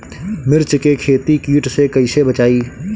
मिर्च के खेती कीट से कइसे बचाई?